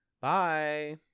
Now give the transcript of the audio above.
Bye